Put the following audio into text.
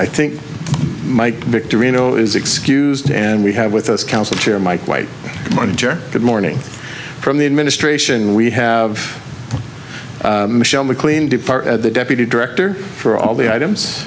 i think might be to reno is excused and we have with us counsel chair mike white monitor good morning from the administration we have michelle mclean depart at the deputy director for all the items